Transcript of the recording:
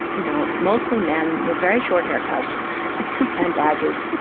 you know, mostly men with very short haircuts and badges.